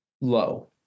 low